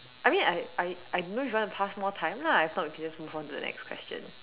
I mean I I I don't know if you want to pass more time lah if not we can just move on to the next question